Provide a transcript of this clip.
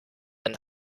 ein